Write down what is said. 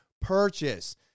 purchase